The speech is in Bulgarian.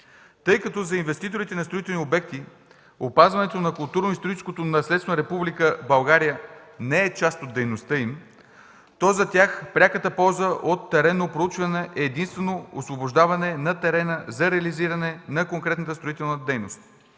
Тъй като за инвеститорите на строителни обекти опазването на културно-историческото наследство на Република България не е част от дейността им, то за тях пряката полза от теренно проучване е единствено освобождаване на терена за реализиране на конкретната строителна дейност.